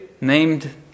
named